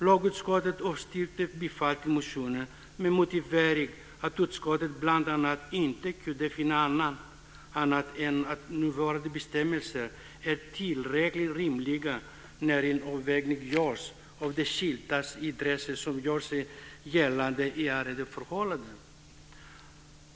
Lagutskottet avstyrkte bifall till motionen med motiveringen att utskottet bl.a. inte kunde finna annat än att nuvarande bestämmelser är tillräckligt rimliga när en avvägning görs av de skilda intressen som gör sig gällande i arrendeförhållanden.